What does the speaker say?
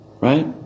Right